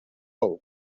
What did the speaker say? вӑл